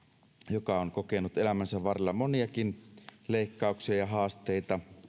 joka on kokenut elämänsä varrella moniakin leikkauksia ja haasteita